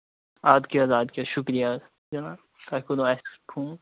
اَدٕ کیٛاہ حظ اَدٕ کیٛاہ شُکرِیا حظ اتھ کیٛاہ ونان تۄہہِ کوٚرٕ اَسہِ فون